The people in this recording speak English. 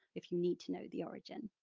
if you need to know the origin.